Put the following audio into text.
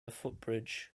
footbridge